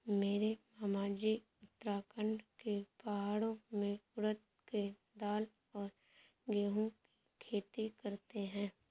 मेरे मामाजी उत्तराखंड के पहाड़ों में उड़द के दाल और गेहूं की खेती करते हैं